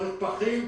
צריך פחים,